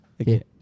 Okay